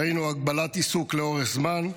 ראינו הגבלת עיסוק לאורך זמן,